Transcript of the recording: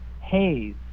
Haze